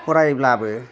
फरायब्लाबो